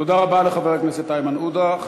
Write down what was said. תודה רבה לחבר הכנסת איימן עודה.